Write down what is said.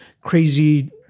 crazy